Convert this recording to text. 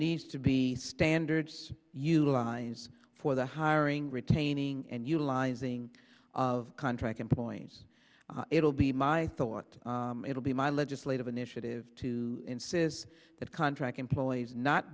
needs to be standards utilized for the hiring retaining and utilizing of contract employee yes it'll be my thought it'll be my legislative initiative to and says that contract employees not